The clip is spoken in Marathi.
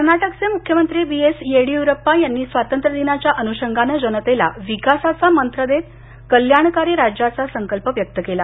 कर्नाटकचे मुख्यामंत्री बी एस येडियुरप्पान यांनी स्वातंत्र्यदिनाच्या अनुषंगानं जनतेला विकासाचा मंत्र देत कल्याणकारी राज्याचा संकल्प व्यक्त केला